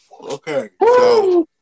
Okay